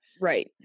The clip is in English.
Right